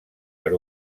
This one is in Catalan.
per